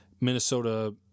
minnesota